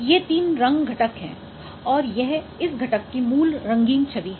ये तीन रंग घटक हैं और यह इस घटक की मूल रंगीन छवि है